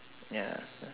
ya